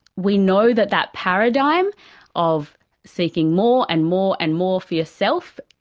we know that that paradigm of seeking more and more and more for yourself,